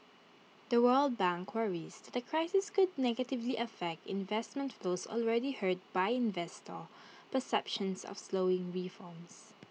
the world bank worries that the crisis could negatively affect investment flows already hurt by investor perceptions of slowing reforms